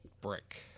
brick